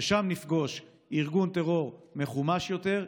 ושם נפגוש ארגון טרור מחומש יותר,